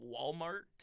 Walmart